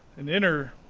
an inner,